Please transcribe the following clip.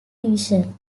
division